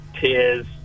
tears